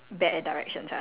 ya so like